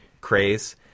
craze